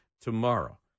tomorrow